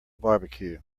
barbecue